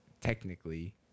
technically